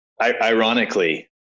ironically